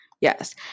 Yes